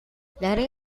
letting